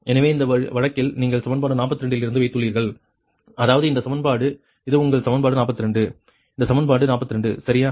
எனவே இந்த வழக்கில் நீங்கள் சமன்பாடு 42 இலிருந்து வைத்துள்ளீர்கள் அதாவது இந்த சமன்பாடு இது உங்கள் சமன்பாடு 42 இந்த சமன்பாடு 42 சரியா